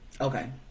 Okay